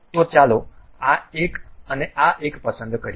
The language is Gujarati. તો ચાલો આ એક અને આ એક પસંદ કરીએ